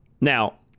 Now